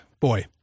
boy